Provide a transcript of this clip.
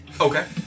Okay